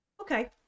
okay